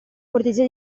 cortesia